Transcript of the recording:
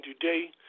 today